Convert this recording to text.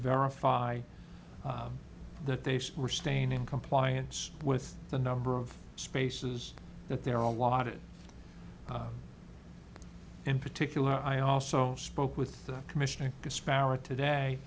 verify that they were staying in compliance with the number of spaces that there are a lot of it in particular i also spoke with the commissioner disparity day